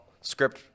script